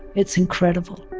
it's incredible.